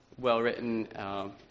well-written